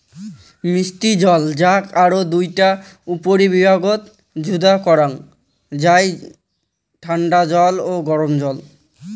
মিষ্টি জল যাক আরও দুইটা উপবিভাগত যুদা করাং যাই ঠান্ডা জল ও গরম জল